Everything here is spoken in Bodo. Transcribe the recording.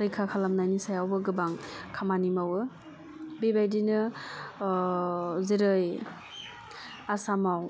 रैखा खालामनायनि सायावबो गोबां खामानि मावो बेबायदिनो जेरै आसामाव